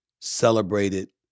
celebrated